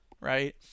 Right